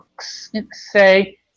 say